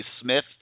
Smith